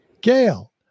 gail